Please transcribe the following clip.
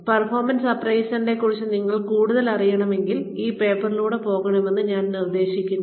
performance അപ്പ്രൈസലിനെ കുറിച്ച് നിങ്ങൾക്ക് കൂടുതൽ അറിയണമെങ്കിൽ ഈ പേപ്പറിലൂടെ പോകണമെന്ന് ഞാൻ നിർദ്ദേശിക്കുന്നു